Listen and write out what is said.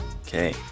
Okay